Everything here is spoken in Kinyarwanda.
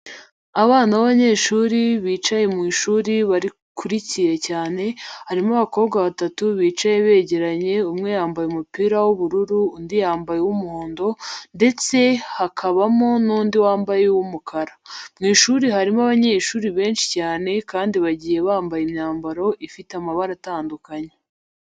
Abana b'abanyeshuri bicaye mu ishuri bakurikiye cyane, harimo abakobwa batatu bicaye begerenye, umwe yambaye umupira w'ubururu, undi yambaye uw'umuhondo ndetse hakabamo n'undi wambaye uw'umukara. Mu ishuri harimo abanyeshuri benshi cyane kandi bagiye bambaye imyambaro ifite amabara atandukanye.